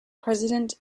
president